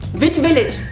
which village?